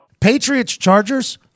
Patriots-Chargers